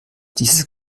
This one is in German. dieses